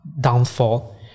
downfall